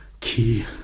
key